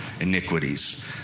iniquities